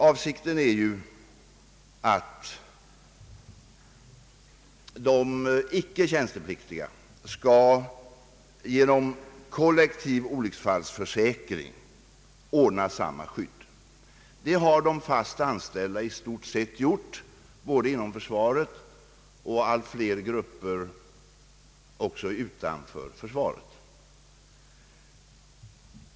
Avsikten är att de icke tjänstepliktiga genom kollektiv olycksfallsförsäkring skall ordna samma skydd som vi nu lagstadgar för de värnpliktiga. Det har de fast anställda i stort sett gjort både inom försvaret och inom allt fler grupper också utanför försvaret.